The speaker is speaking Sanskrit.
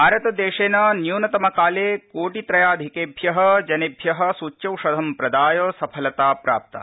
भारतदेशेन न्यूनतमकाले कोटित्रयाधिकेभ्यः जनेभ्यः सूच्यौषधं प्रदाय सफलता प्राप्ता